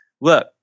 look